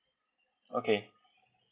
okay